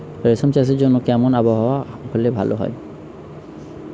রেশম চাষের জন্য কেমন আবহাওয়া হাওয়া হলে ভালো?